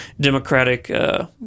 democratic